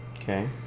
Okay